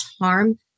harm